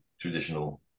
traditional